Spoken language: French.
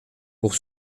pour